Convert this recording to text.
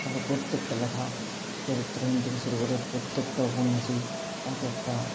তার প্রত্যেকটা লেখা চরিত্রহীন থেকে শুরু করে প্রত্যেকটা উপন্যাসের এক একটা